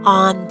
on